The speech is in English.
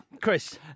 Chris